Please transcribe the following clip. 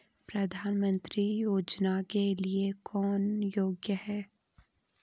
प्रधानमंत्री योजना के लिए कौन योग्य है?